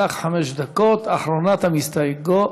לך חמש דקות, אחרונת המסתייגות,